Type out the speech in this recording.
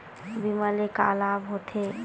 बीमा ले का लाभ होथे?